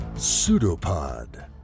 Pseudopod